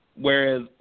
Whereas